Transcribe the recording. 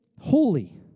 holy